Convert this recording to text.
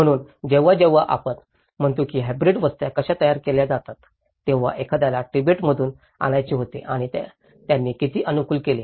म्हणून जेव्हा जेव्हा आपण म्हणतो की हॅब्रिड वस्त्या कशा तयार केल्या जातात तेव्हा एखाद्याला तिबेटमधून आणायचे होते आणि त्यांनी किती अनुकूल केले